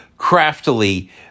craftily